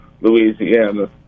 Louisiana